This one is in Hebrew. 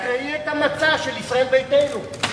תקראי את המצע של ישראל ביתנו,